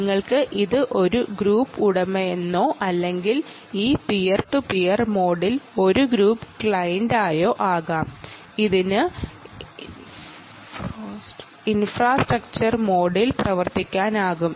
നിങ്ങൾക്ക് ഇതിൽ ഒരു ഗ്രൂപ്പ് ഓണറോ അല്ലെങ്കിൽ ഒരു ഗ്രൂപ്പ് ക്ലയന്റായോ ആകാം ഇതിന് ഇൻഫ്രാസ്ട്രക്ചർ മോഡിൽ പ്രവർത്തിക്കാനാകും